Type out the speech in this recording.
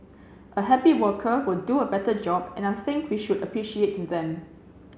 a happy worker will do a better job and I think we should appreciate to them